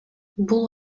бул